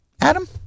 Adam